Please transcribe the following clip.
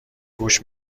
گوش